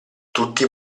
tutti